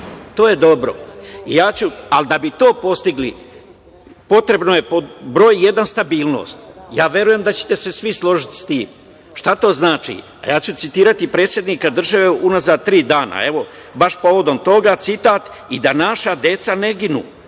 To je dobro. Da bi to postigli potrebno pod broj jedan stabilnost. Verujem da ćete se svi složi s tim. Šta to znači? Ja ću citirati predsednika države unazad tri dana. Baš povodom toga citat „i da naša dece ne ginu,